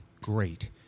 great